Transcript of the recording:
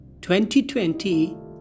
2020